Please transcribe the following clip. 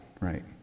right